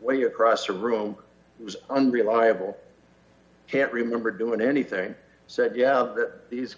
way across the room was unreliable can't remember doing anything said yeah th